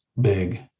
big